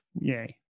Yay